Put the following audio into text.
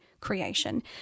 creation